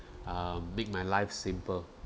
um make my life simple